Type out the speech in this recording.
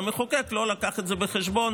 והמחוקק לא לקח את זה בחשבון,